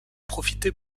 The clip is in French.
profiter